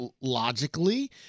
logically